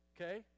okay